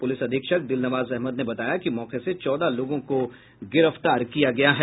police अधीक्षक दिलनवाज अहमद ने बताया कि मौके से चौदह लोगों को गिरफ्तार किया गया है